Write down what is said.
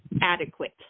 adequate